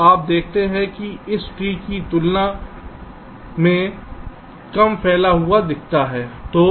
तो आप देखते हैं कि इस ट्री की तुलना में कम फैला हुआ दिखता है